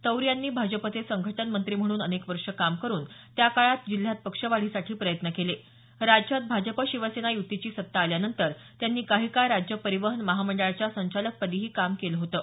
तौर यांनी भाजपाचे संघटनमंत्री म्हणून अनेक वर्षे काम करून त्याकाळात जिल्ह्यात पक्ष वाढीसाठी प्रयत्न केले राज्यात भाजप शिवसेना युतीची सत्ता आल्यानंतर त्यांनी काही काळ राज्य परिवहन महामंडळाच्या संचालकपदीही काम केलं होतं